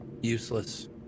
Useless